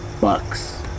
bucks